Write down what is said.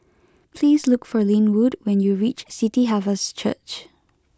please look for Linwood when you reach City Harvest Church